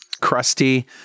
crusty